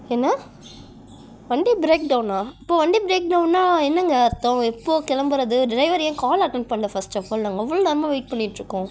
என்ன வண்டி பிரேக் டவுன்னா இப்போ வண்டி பிரேக் டவுன்னா என்னங்க அர்த்தம் எப்போ கிளம்புறது டிரைவர் ஏன் கால் அட்டன் பண்ணலை ஃபஸ்ட்டஃபால் நாங்கள் அவ்வளோ நேரமாக வெயிட் பண்ணிகிட்ருக்கோம்